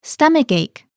Stomachache